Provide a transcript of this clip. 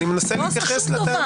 אני מנסה להתייחס לטענה.